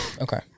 Okay